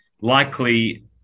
likely